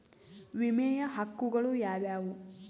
ವಿಮೆಯ ಹಕ್ಕುಗಳು ಯಾವ್ಯಾವು?